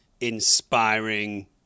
inspiring